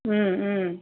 ம் ம்